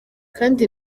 kandi